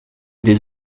des